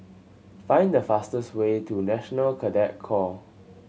find the fastest way to National Cadet Corps